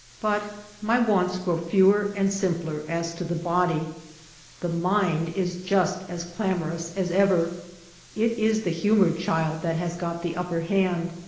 but my wants grow fewer and simpler as to the body the mind is just as clamorous as ever it is the humored child that has got the upper hand.